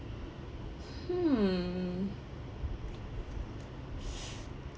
hmm